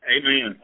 Amen